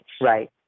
right